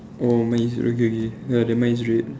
oh mine is okay K ya then mine is red